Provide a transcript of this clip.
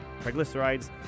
triglycerides